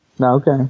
Okay